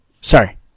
Sorry